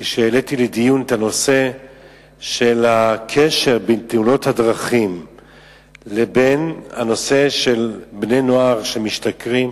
כשהעליתי לדיון את הקשר בין תאונות הדרכים לבין בני-נוער שמשתכרים,